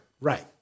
Right